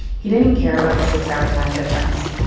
he didn't and care about the six-hour time difference.